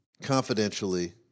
confidentially